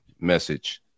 message